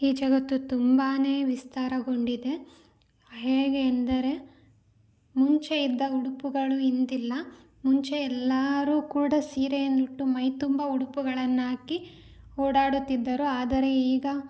ಈ ಜಗತ್ತು ತುಂಬಾ ವಿಸ್ತಾರಗೊಂಡಿದೆ ಹೇಗೆ ಎಂದರೆ ಮುಂಚೆ ಇದ್ದ ಉಡುಪುಗಳು ಇಂದಿಲ್ಲ ಮುಂಚೆ ಎಲ್ಲರು ಕೂಡ ಸೀರೆಯನ್ನುಟ್ಟು ಮೈತುಂಬ ಉಡುಪುಗಳನ್ನ ಹಾಕಿ ಓಡಾಡುತ್ತಿದ್ದರು ಆದರೆ ಈಗ